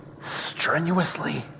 strenuously